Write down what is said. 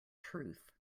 truth